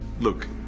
Look